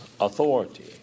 authority